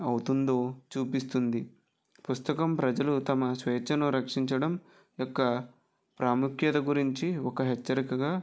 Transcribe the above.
అవుతుందో చూపిస్తుంది పుస్తకం ప్రజలు తమ స్వేచ్ఛను రక్షించడం యొక్క ప్రాముఖ్యత గురించి ఒక హెచ్చరికగా